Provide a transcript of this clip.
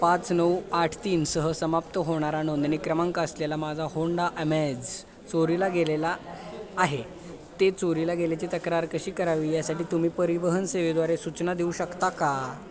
पाच नऊ आठ तीन सह समाप्त होणारा नोंदणी क्रमांक असलेला माझा होंडा अमेझ चोरीला गेलेला आहे ते चोरीला गेल्याची तक्रार कशी करावी यासाठी तुम्ही परिवहनसेवेद्वारे सूचना देऊ शकता का